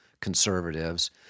conservatives